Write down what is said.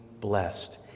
blessed